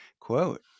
quote